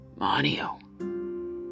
Manio